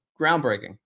Groundbreaking